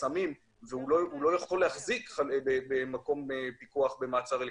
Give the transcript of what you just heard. סמים ולא יכול להחזיק במקום פיקוח במעצר אלקטרוני.